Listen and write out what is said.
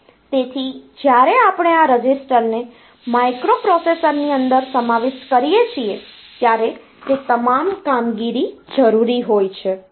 તેથી જ્યારે આપણે આ રજિસ્ટરને માઇક્રોપ્રોસેસરની અંદર સમાવિષ્ટ કરીએ છીએ ત્યારે તે તમામ કામગીરી જરૂરી હોય છે